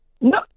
No